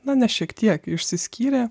na ne šiek tiek išsiskyrė